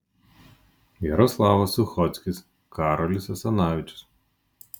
jaroslavas suchockis karolis asanavičius